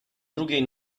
drugiej